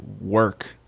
work